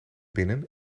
binnen